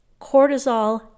cortisol